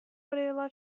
провела